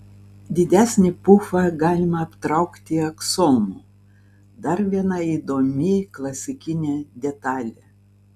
didesnį pufą galima aptraukti aksomu dar viena įdomi klasikinė detalė